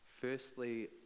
Firstly